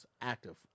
active